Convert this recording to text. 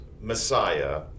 Messiah